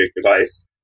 device